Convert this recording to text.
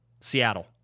Seattle